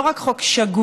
לא רק חוק שגוי,